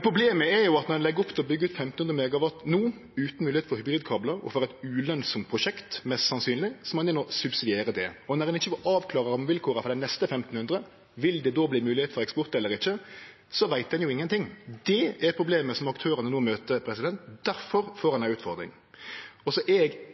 Problemet er at når ein legg opp til å byggje ut 1 500 MW no, utan moglegheit for hybridkablar og mest sannsynleg får eit ulønsamt prosjekt, meiner ein å subsidiere det. Når ein ikkje vil avklare rammevilkåra for dei neste 1 500 MW – om det då vil verte moglegheit for eksport eller ikkje – så veit ein jo ingenting. Det er problemet som aktørane no møter. Difor får ein ei utfordring. Og